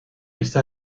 esta